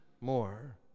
more